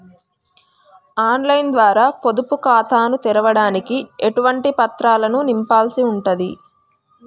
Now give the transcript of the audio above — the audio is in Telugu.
ఆన్ లైన్ ద్వారా పొదుపు ఖాతాను తెరవడానికి ఎటువంటి పత్రాలను నింపాల్సి ఉంటది?